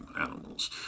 animals